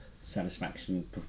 satisfaction